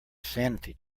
sanity